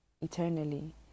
eternally